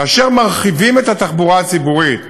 כאשר מרחיבים את התחבורה הציבורית,